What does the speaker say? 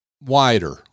wider